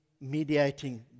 mediating